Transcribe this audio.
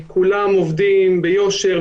כולם עובדים ביושר,